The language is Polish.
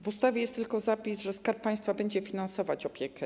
W ustawie jest tylko zapis, że Skarb Państwa będzie finansować opiekę.